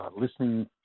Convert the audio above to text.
listening